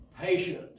patient